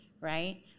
right